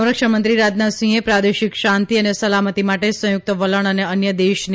સંરક્ષણમંત્રી રાજનાથસિંહે પ્રાદેશિક શાંતિ અને સલામતિ માટે સંયુક્ત વલણ અને અન્ય દેશની